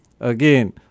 Again